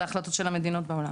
זה החלטות של המדינות בעולם.